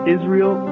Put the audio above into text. Israel